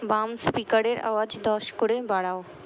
বাম স্পিকারের আওয়াজ দশ করে বাড়াও